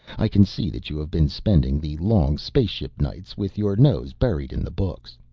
i can see that you have been spending the long spaceship-nights with your nose buried in the books.